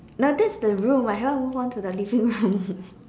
now that's the room I haven't move on to the living room